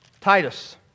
Titus